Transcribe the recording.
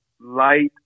light